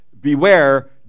beware